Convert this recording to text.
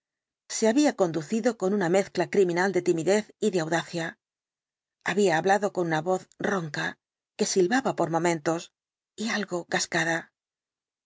se había conducido con una mezcla criminal de timidez y de audacia había hablado con una voz ronca que silvaba por momentos y algo cascada